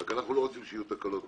אבל אנחנו לא רוצים שיהיו תקלות,